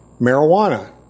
Marijuana